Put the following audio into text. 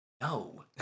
no